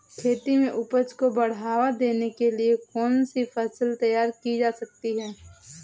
खेती में उपज को बढ़ावा देने के लिए कौन सी फसल तैयार की जा सकती है?